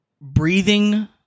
breathing